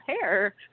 hair